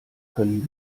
können